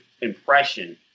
impression